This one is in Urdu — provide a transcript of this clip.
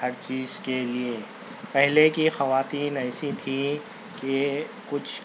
ہر چیز کے لیے پہلے کی خواتین ایسی تھیں کہ کچھ